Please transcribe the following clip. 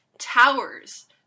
towers